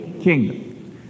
Kingdom